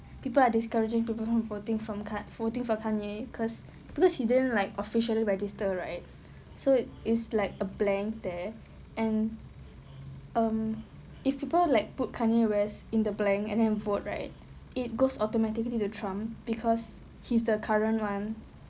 people are discouraging people from voting from kan~ voting for kanye because because he didn't like officially register right so it is like a blank there and um if people like put kanye west in the blank and then vote right it goes automatically to trump because he is the current [one]